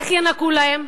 איך ינכו להם?